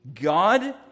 God